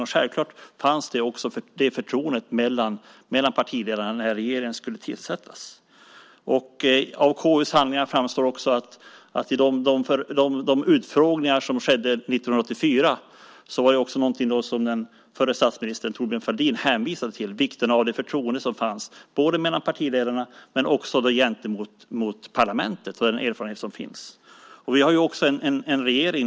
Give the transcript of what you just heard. Det förtroendet fanns självklart också mellan partiledarna när regeringen skulle tillsättas. Av KU:s handlingar framgår att i de utfrågningar som skedde 1984 var vikten av förtroendet mellan partiledarna och gentemot parlamentet något som den dåvarande statsministern Thorbjörn Fälldin hänvisade till.